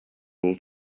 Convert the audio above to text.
all